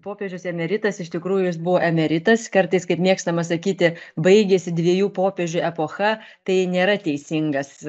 popiežius emeritas iš tikrųjų jis buvo emeritas kartais kaip mėgstama sakyti baigėsi dviejų popiežių epocha tai nėra teisingas